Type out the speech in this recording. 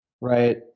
right